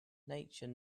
nature